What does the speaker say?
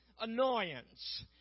annoyance